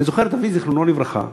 אני זוכר את אבי זיכרונו לברכה,